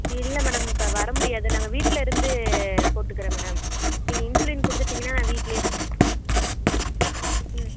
இல்லை மேடம் இப்போ வர முடியாது நாங்கள் வீட்டில் இருந்து போட்டுக்கிறேன் மேடம் நீங்கள் இன்சுலின் கொடுத்துட்டீங்கன்னா நான் வீட்டிலேயே போட் ம்